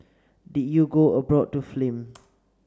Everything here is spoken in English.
did you go abroad to film